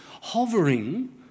hovering